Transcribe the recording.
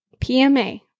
PMA